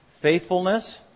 faithfulness